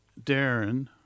Darren